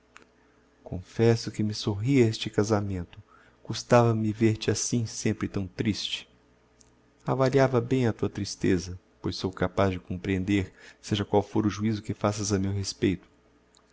confesso que me sorria este casamento custava-me vêr te assim sempre tão triste avaliava bem a tua tristeza pois sou capaz de a comprehender seja qual fôr o juizo que faças a meu respeito